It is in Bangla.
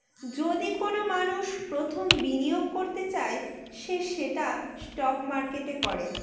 যদি কোনো মানষ প্রথম বিনিয়োগ করতে চায় সে সেটা স্টক মার্কেটে করে